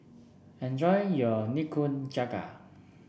enjoy your Nikujaga